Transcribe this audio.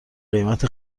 قیمت